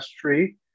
tree